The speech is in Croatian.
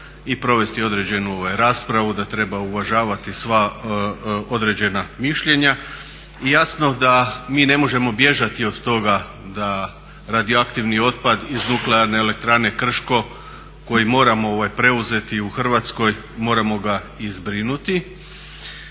i provesti određenu raspravu, da treba uvažavati sva određena mišljenja. Jasno da mi ne možemo bježati od toga da radioaktivni otpad iz NE Krško koji moramo preuzeti u Hrvatskoj moramo ga i zbrinuti.